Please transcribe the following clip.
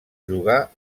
jugà